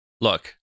look